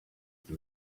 them